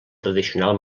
tradicional